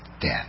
death